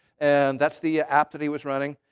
and that's the app that he was running.